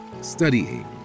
studying